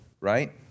right